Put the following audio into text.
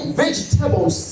vegetables